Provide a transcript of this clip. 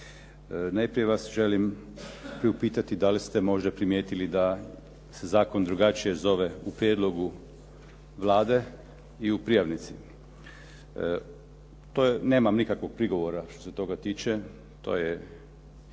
Najprije vas želim priupitati da li ste možda primijetili da se zakon drugačije zove u prijedlogu Vlade i u prijavnici? To nemam nikakvog prigovora što se toga tiče, to je